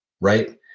right